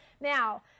Now